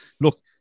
look